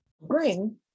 bring